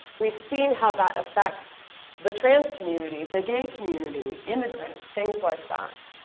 we've seen how that affects the trans community, the gay community, immigrants, things like that.